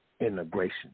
integration